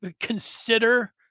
consider